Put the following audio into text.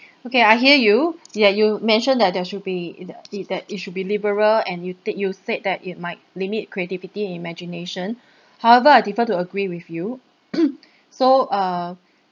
okay I hear you yeah you mentioned that there should be that it that it should be liberal and you take you said that it might limit creativity and imagination however I differ to agree with you so err